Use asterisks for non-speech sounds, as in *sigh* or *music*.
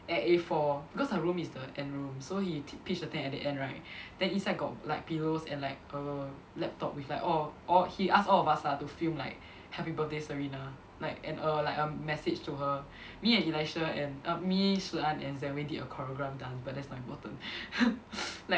at A four because her room is the end room so he pitched the tent at the end right then inside got like pillows and like err laptop with like all all he ask all of us ah to film like happy birthday Serena like and a like a message to her me and Elisha and err me Shi An and Zeh Wei did a choreographed dance but that's not important *laughs*